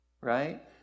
Right